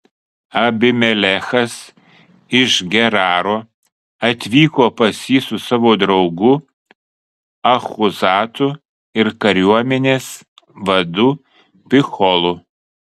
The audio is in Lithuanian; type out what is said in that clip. abimelechas iš geraro atvyko pas jį su savo draugu achuzatu ir kariuomenės vadu picholu